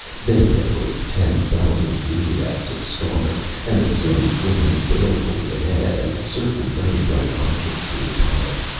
then there were ten thousand myriads of stars, and a sun flaming balefully ahead, and certain very bright objects nearby.